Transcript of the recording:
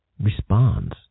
Responds